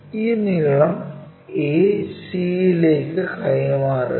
ഈ നീളം a c ലേക് കൈമാറുക